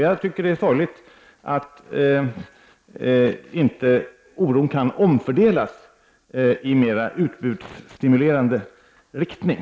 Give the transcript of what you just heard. Jag tycker att det är sorgligt att inte oron kan omfördelas i mera utbudsstimulerande riktning.